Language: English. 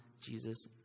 Jesus